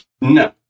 No